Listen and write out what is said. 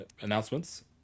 announcements